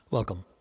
Welcome